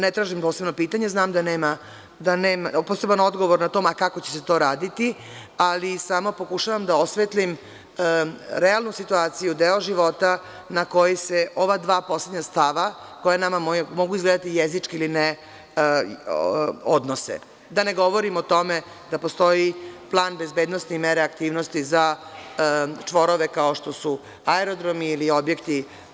Ne tražim poseban odgovor na to ma kako će se to raditi, ali samo pokušavam da osvetlim realnu situaciju, deo života na koji se ova dva poslednja stava, koja nama mogu izgledati jezički ili ne odnose, da ne govorim o tome da postoji plan bezbednosni mera i aktivnosti za čvorove kao što su aerodromi ili objekti.